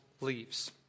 leaves